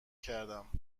کردم